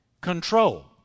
control